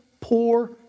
poor